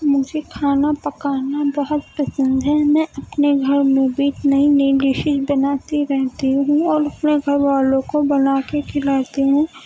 مجھے کھانا پکانا بہت پسند ہے میں اپنے گھر میں بھی نئی نئی ڈشز بناتی رہتی ہوں اور اپنے گھر والوں کو بنا کے کھلاتی ہوں